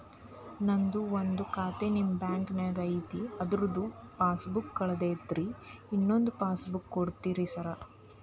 ನಂದು ಒಂದು ಖಾತೆ ನಿಮ್ಮ ಬ್ಯಾಂಕಿನಾಗ್ ಐತಿ ಅದ್ರದು ಪಾಸ್ ಬುಕ್ ಕಳೆದೈತ್ರಿ ಇನ್ನೊಂದ್ ಪಾಸ್ ಬುಕ್ ಕೂಡ್ತೇರಾ ಸರ್?